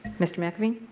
mr. mcelveen.